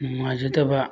ꯅꯨꯡꯉꯥꯏꯖꯗꯕ